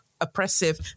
oppressive